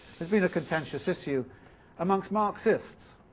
has been a contentious issue amongst marxists.